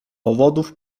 powodów